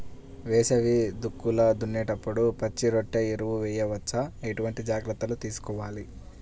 వేసవి దుక్కులు దున్నేప్పుడు పచ్చిరొట్ట ఎరువు వేయవచ్చా? ఎటువంటి జాగ్రత్తలు తీసుకోవాలి?